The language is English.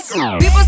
People